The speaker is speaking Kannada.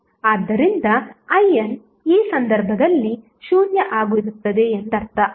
ಆದ್ದರಿಂದINಈ ಸಂದರ್ಭದಲ್ಲಿ 0 ಆಗಿರುತ್ತದೆ ಎಂದರ್ಥ